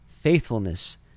faithfulness